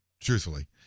truthfully